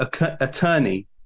attorney